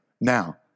now